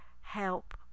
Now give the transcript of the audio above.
help